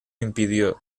impidió